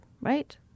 right